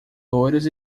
loiros